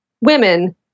women